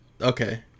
okay